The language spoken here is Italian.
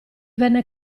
venne